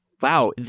wow